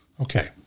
Okay